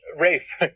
Rafe